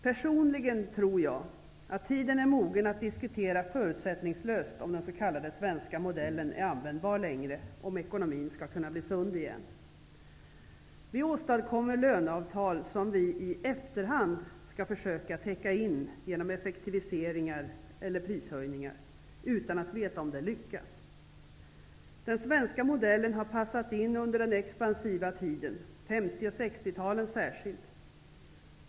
Personligen tror jag att tiden är mogen att förutsättningslöst diskutera om den s.k. svenska modellen fortfarande är användbar när det gäller möjligheterna för ekonomin att bli sund igen. Vi åstadkommer löneavtal, som vi i efterhand skall försöka täcka in genom effektiviseringar eller prishöjningar, utan att veta om det lyckas. Den svenska modellen passade in under den expansiva tiden, särskilt under 50 och 60-talen.